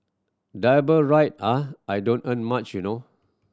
double ride ah I don't earn much you know